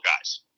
guys